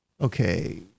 Okay